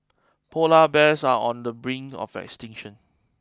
polar bears are on the brink of extinction